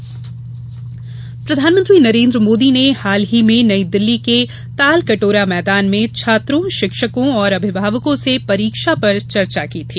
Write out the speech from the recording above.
परीक्षा प्रधानमंत्री प्रधानमंत्री नरेन्द्र मोदी ने हाल ही में नई दिल्ली के ताल कटोरा मैदान में छात्रों शिक्षकों और अभिभावकों से परीक्षा पर चर्चा की थी